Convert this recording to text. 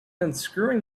unscrewing